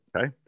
Okay